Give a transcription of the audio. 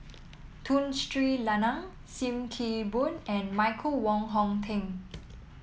Tun Sri Lanang Sim Kee Boon and Michael Wong Hong Teng